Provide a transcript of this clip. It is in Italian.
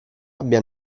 abbia